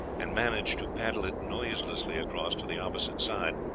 and manage to paddle it noiselessly across to the opposite side,